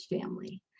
family